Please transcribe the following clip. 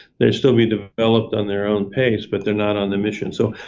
they'd still be developed on their own pace, but they're not on the mission. so,